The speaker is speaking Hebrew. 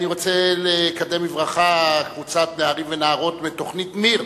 אני רוצה לקדם בברכה קבוצת נערים ונערות מתוכנית מי"ר